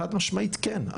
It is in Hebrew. חד משמעית כן,